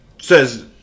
says